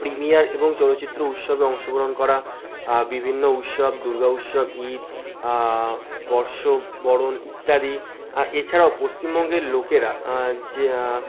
premier এবং চলচ্চিত্র উৎসবে অংশগ্রহণ করা বিভিন্ন উৎসব দুর্গা উৎসব ঈদ বর্ষবরণ ইত্যাদি এছাড়াও পশ্চিমবঙ্গের লোকেরা যে